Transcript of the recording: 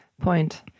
point